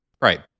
Right